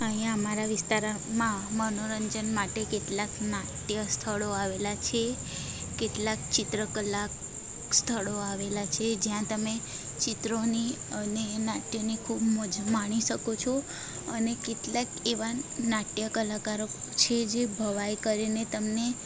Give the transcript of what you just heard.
અહીં અમારા વિસ્તારમાં મનોરંજન માટે કેટલાંક નાટ્ય સ્થળો આવેલાં છે કેટલાક ચિત્ર કલા સ્થળો આવેલાં છે જ્યાં તમે ચિત્રોની અને નાટ્યની ખૂબ મજા માણી શકો છો અને કેટલાંક એવા નાટ્ય કલાકારો છેજે ભવાઇ કરીને તમને